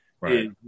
Right